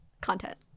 content